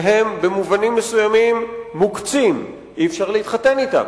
שהם במובנים מסוימים מוקצים, אי-אפשר להתחתן אתם,